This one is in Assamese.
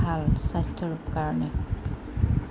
ভাল স্বাস্থ্যৰ কাৰণে